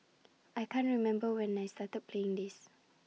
I can't remember when I started playing this